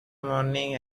morning